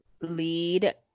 lead